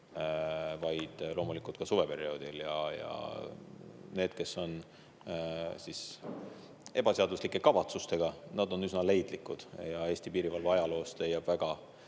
vaid loomulikult ka suveperioodil. Need, kes on ebaseaduslike kavatsustega, on üsna leidlikud. Eesti piirivalve ajaloost leiab väga